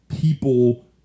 people